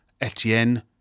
Etienne